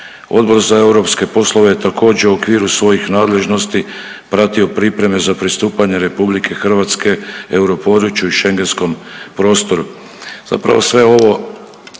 Odbor za europske poslove je također u okviru svojih nadležnosti pratio pripreme za pristupanje RH europodručju i Schengenskom prostoru.